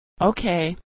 Okay